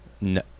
no